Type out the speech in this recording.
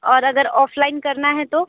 और अगर ऑफलाइन करना है तो